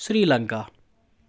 Sri Lanka